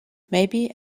maybe